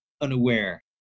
unaware